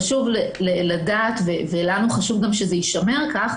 חשוב לדעת ולנו חשוב שזה יישמר כך,